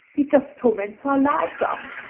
he just torments our lives out.